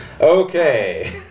Okay